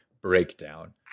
Breakdown